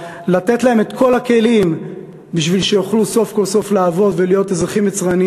לתת להם את כל הכלים בשביל שיוכלו סוף כל סוף לעבוד ולהיות אזרחים יצרנים